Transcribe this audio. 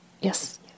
yes